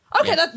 Okay